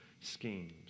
schemes